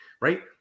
right